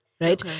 Right